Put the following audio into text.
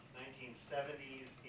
1970s